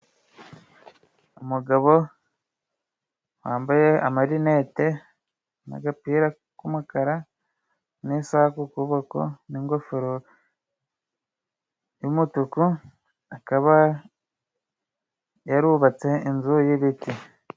Umugabo wambaye amarinete n'agapira k'umukara n'isaha ku kuboko n'ingofero y'umutuku akaba yarubatse inzu y'ibiti.